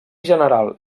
general